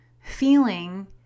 feeling